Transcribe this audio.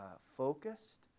focused